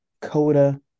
coda